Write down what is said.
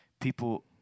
people